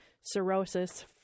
cirrhosis